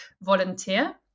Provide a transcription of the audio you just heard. volunteer